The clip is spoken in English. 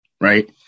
Right